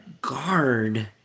guard